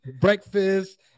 breakfast